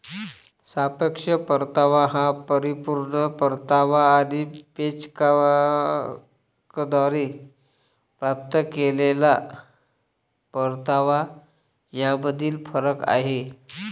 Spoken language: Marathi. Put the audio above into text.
सापेक्ष परतावा हा परिपूर्ण परतावा आणि बेंचमार्कद्वारे प्राप्त केलेला परतावा यामधील फरक आहे